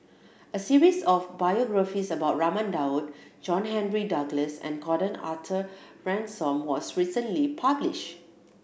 a series of biographies about Raman Daud John Henry Duclos and Gordon Arthur Ransome was recently published